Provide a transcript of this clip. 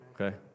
okay